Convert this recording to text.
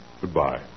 Goodbye